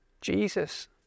Jesus